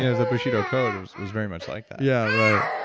ah the bushido code was was very much like that yeah, right.